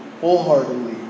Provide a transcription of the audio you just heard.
wholeheartedly